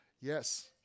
Yes